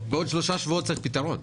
בעוד שלושה שבועות צריך כבר פתרון.